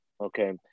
okay